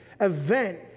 event